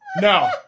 Now